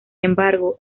embargo